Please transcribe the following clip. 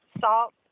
salt